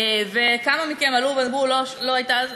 וכמה מכם עלו ודיברו יעל,